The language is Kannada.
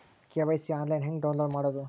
ಕೆ.ವೈ.ಸಿ ಆನ್ಲೈನ್ ಹೆಂಗ್ ಡೌನ್ಲೋಡ್ ಮಾಡೋದು?